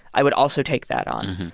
i would also take that on.